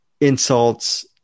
insults